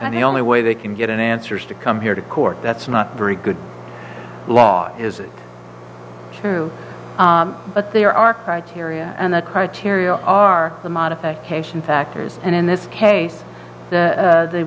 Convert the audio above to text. and the only way they can get an answer is to come here to court that's not very good law is it true but there are criteria and the criteria are the modification factors and in this case the